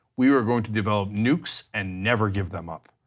we are going to develop nukes and never give them up.